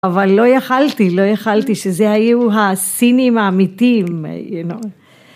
אבל לא יכלתי, לא יכלתי שזה היו הסיניים האמיתיים.